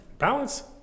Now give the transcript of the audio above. balance